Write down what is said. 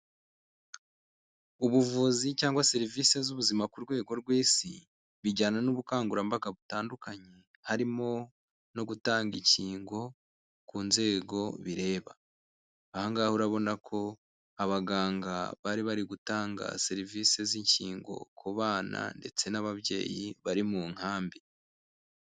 Ubuvuzi cyangwa serivisi z'ubuzima ku rwego rw'isi, bijyana n'ubukangurambaga butandukanye, harimo no gutanga inkingo ku nzego bireba, aha ngaho urabona ko abaganga bari bari gutanga serivisi z'inkingo ku bana ndetse n'ababyeyi bari mu nkambi.